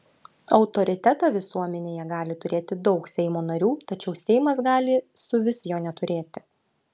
autoritetą visuomenėje gali turėti daug seimo narių tačiau seimas gali suvis jo neturėti